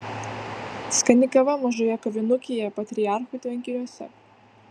skani kava mažoje kavinukėje patriarchų tvenkiniuose